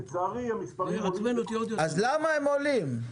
לצערי, המספרים עולים --- אז למה הם עולים?